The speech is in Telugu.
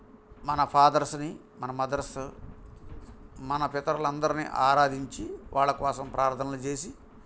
మన ఫాదర్స్ని మన మదర్సు మన పిత్రులందరిని ఆరాదించి వాళ్ళ కోసం ప్రార్థనలు చేసి